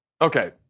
okay